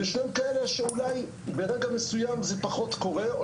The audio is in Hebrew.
וישנם כאלה שאולי ברגע מסוים זה פחות קורה או